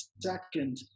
second